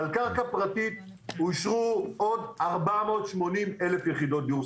על קרקע פרטית אושרו עוד 480,000 יחידות דיור.